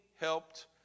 helped